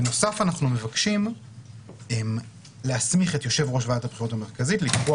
בנוסף אנחנו מבקשים להסמיך את יושב-ראש ועדת הבחירות המרכזית לקבוע